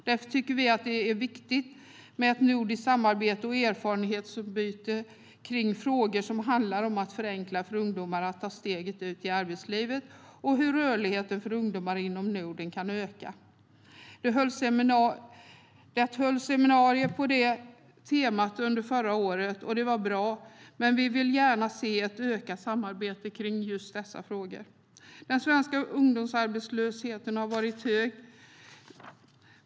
Därför är det viktigt med ett nordiskt samarbete och erfarenhetsutbyte om frågor som handlar om att förenkla för ungdomar att ta steget ut i arbetslivet och om hur rörligheten för ungdomar inom Norden kan öka. Det hölls seminarier på det temat förra året. Det var bra. Men vi vill gärna se ett ökat samarbete kring just dessa frågor. Den svenska ungdomsarbetslösheten har varit hög.